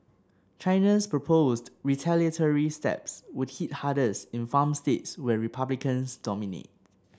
China's proposed retaliatory steps would hit hardest in farm states where Republicans dominate